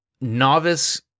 novice